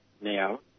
now